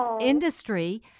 industry